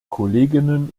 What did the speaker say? kolleginnen